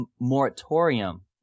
moratorium